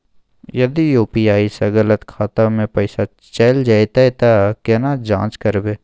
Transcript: यदि यु.पी.आई स गलत खाता मे पैसा चैल जेतै त केना जाँच करबे?